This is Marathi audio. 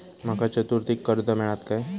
माका चतुर्थीक कर्ज मेळात काय?